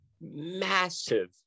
massive